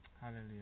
Hallelujah